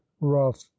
rough